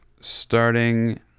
starting